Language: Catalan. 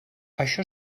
això